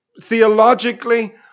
theologically